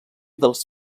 dels